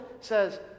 says